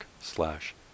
slash